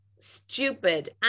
stupid